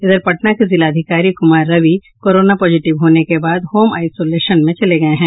इधर पटना के जिलाधिकारी कुमार रवि कोरोना पॉजिटिव होने के बाद होम आइसोलेशन में चले गये हैं